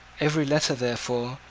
every letter, therefore,